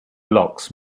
blocks